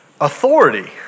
Authority